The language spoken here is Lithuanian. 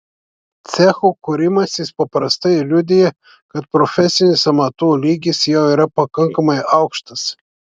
cechų kūrimasis paprastai liudija kad profesinis amatų lygis jau yra pakankamai aukštas